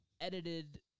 edited